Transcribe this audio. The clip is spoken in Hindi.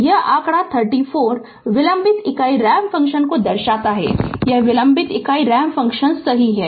तो यह आंकड़ा 34 विलंबित इकाई रैंप फ़ंक्शन को दर्शाता है यह विलंबित इकाई रैंप फ़ंक्शन सही है